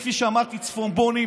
זה הגועל נפש, זו הצביעות הכי גדולה.